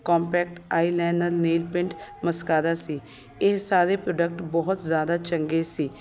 compact eye liner nail paint mascara ਸੀ ਇਹ ਸਾਰੇ ਪ੍ਰੋਡਕਟ ਬਹੁਤ ਜ਼ਿਆਦਾ ਚੰਗੇ ਸੀ